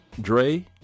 Dre